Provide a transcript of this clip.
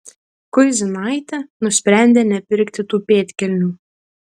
kuizinaitė nusprendė nepirkti tų pėdkelnių